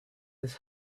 his